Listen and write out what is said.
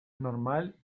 normal